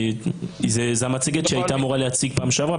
זה המצגת שהיא הייתה אמורה להציג פעם שבעברה.